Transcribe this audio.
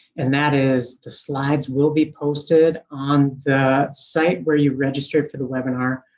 and that is the slides will be posted on the site where you registered for the webinar,